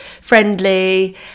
friendly